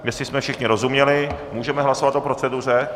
Jestli jsme všichni rozuměli, můžeme hlasovat o proceduře?